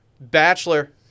Bachelor